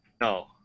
No